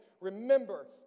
Remember